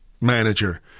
manager